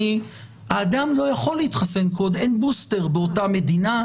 האדם לא יכול להתחסן כי עוד אין בוסטר באותה מדינה,